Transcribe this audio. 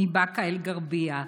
מבאקה אל-גרבייה,